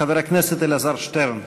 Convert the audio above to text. חבר הכנסת אלעזר שטרן.